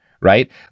right